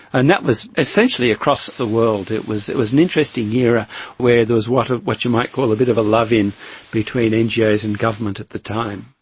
and that was essentially across the world. it was it was an interesting era where there was what ah what you might call a bit of a love-in between ngos and government at the time.